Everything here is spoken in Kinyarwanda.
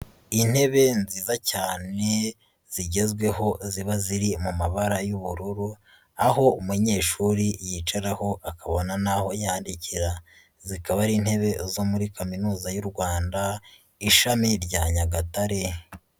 Intebe nziza cyane zigezweho ziba ziri mu mabara y'ubururu, aho umunyeshuri yicaraho akabona n'aho yandikira, zikaba ari intebe zo muri kaminuza y'u Rwanda, ishami rya Nyagatare.